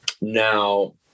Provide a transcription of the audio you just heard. Now